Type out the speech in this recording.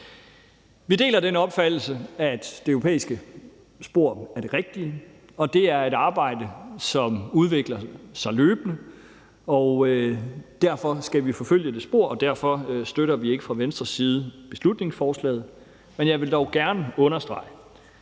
Vi deler den opfattelse, at det europæiske spor er det rigtige, og det er et arbejde, som udvikler sig løbende. Derfor skal vi forfølge det spor, og derfor støtter vi fra Venstres side ikke beslutningsforslaget. Men jeg vil dog gerne understrege,